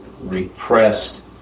repressed